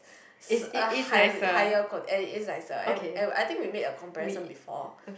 s~ a high higher quality and it's nicer and and I think we made a comparison before